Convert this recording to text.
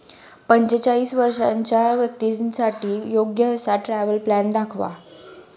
पंचेचाळीस वर्षांच्या व्यक्तींसाठी योग्य असा ट्रॅव्हल प्लॅन दाखवा